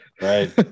Right